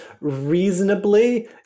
Reasonably